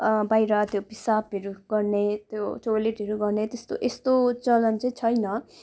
बाहिर त्यो पिसाबहरू गर्ने त्यो टोइलेटहरू गर्ने त्यस्तो यस्तो चलन चाहिँ छैन